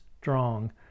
strong